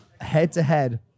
head-to-head